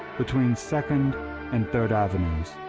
between second and third avenues,